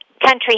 country